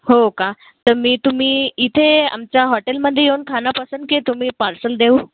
हो का तर मी तुम्ही इथे आमच्या हॉटेलमध्ये येऊन खाणं पसंत की तुम्ही पार्सल देऊ